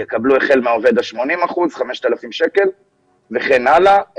יקבלו 5,000 שקלים החל מהעובד 80 אחוזים וכן הלאה.